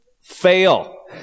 fail